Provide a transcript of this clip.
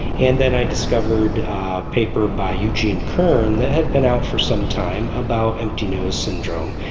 and then i discovered a paper by eugene kern that had been out for some time about empty nose syndrome.